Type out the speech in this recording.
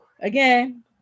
again